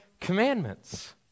commandments